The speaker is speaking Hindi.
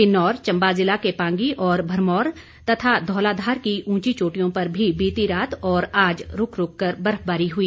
किन्नौर चंबा जिला के पांगी और भरमौर तथा धौलाधार की उंची चोटियों पर भी बीती रात और आज रूक रूक कर बर्फबारी हुई